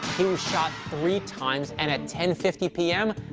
he was shot three times, and at ten fifty p m,